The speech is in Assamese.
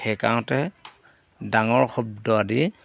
সেইকাৰণতে ডাঙৰ শব্দ আদি